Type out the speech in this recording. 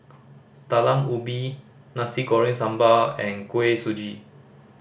Talam Ubi Nasi Goreng Sambal and Kuih Suji